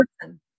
person